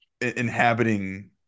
inhabiting